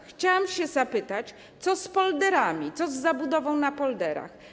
Chciałam zapytać: Co z polderami, co z zabudową na polderach?